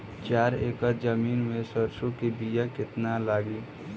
चार एकड़ जमीन में सरसों के बीया कितना लागी?